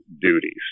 duties